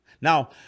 Now